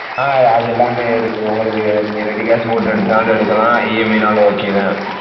ஆ அது எல்லாமே இருக்குது உங்களுக்கு நீங்கள் ரெடி கேஷ் போட்டு எடுத்தின்னாலும் எடுக்கலாம் இஎம்ஐன்னாலும் ஓகே தான்